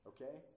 Okay